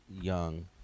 young